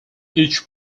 each